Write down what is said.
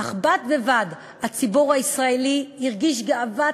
אך בד בבד הציבור הישראלי הרגיש גאווה,